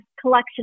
collection